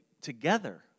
together